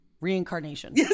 reincarnation